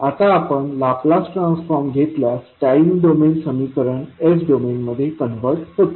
आता आपण Laplace transform घेतल्यास टाइम डोमेन समीकरण s डोमेनमध्ये कन्व्हर्ट होते